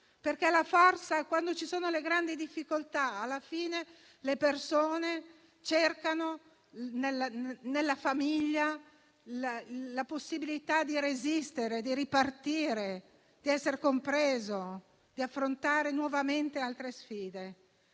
anche da adulti. Quando ci sono le grandi difficoltà, infatti, alla fine, le persone cercano nella famiglia la possibilità di resistere, di ripartire, di essere comprese e di affrontare nuovamente altre sfide.